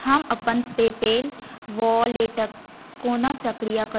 हम अपन पेपैल वॉलेटक कोना सक्रिय करू